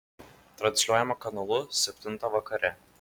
transliuojama kanalu septintą vakare